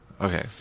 Okay